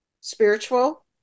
spiritual